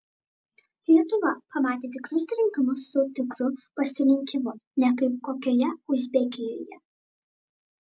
lietuva pamatė tikrus rinkimus su tikru pasirinkimu ne kaip kokioje uzbekijoje